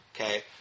Okay